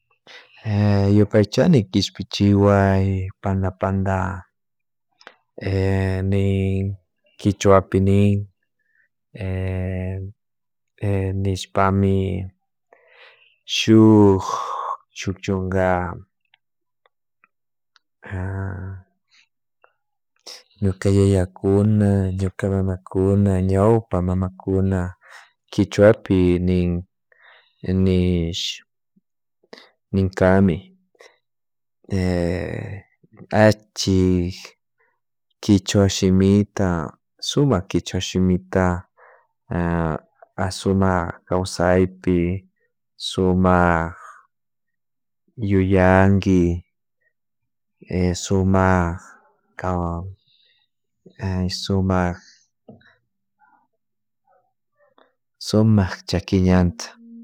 yupaychani kishpichina panada panda kichuwapi ni kichuwapi ni nishpami shuk chunka ñuka yayakuna ñuka mamakuna ñawpa mamakuna kichwapi nin nish ninkami achik, kichuwa shimita, sumak kichuwa shimita sumak kawsaypi sumak yuyanki sumak sumak chaki ñanta